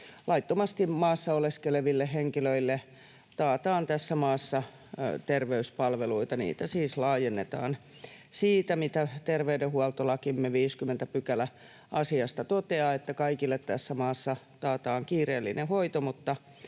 laittomasti maassa oleskeleville henkilöille taataan tässä maassa terveyspalveluita. Niitä siis laajennetaan siitä, mitä terveydenhuoltolakimme 50 § asiasta toteaa, että kaikille tässä maassa taataan kiireellinen hoito,